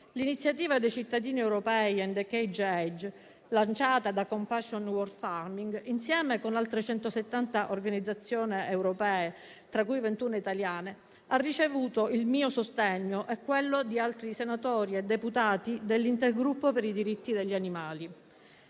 l'iniziativa dei cittadini europei "End the cage age", lanciata da Compassion in world farming insieme ad altre 170 organizzazione europee, tra cui 21 italiane, ha ricevuto il mio sostegno e quello di altri senatori e deputati dell'intergruppo per i diritti degli animali.